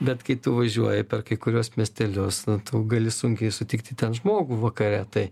bet kai tu važiuoji per kai kuriuos miestelius tu gali sunkiai sutikti ten žmogų vakare tai